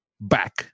back